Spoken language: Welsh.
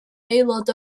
aelod